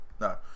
No